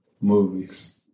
movies